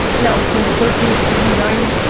now, when you're thirteen, sixteen, nine,